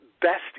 best